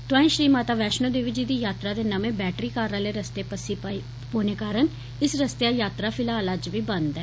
तोआई श्री माता वैष्णो देवी जी दी यात्रा दे नमें बैटरी कार आहले रस्ते पस्सी आई पोने कारण इस रस्तेया यात्रा फिलहाल अज्ज बी बंद ऐ